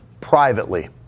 privately